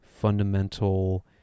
fundamental